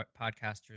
podcasters